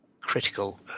critical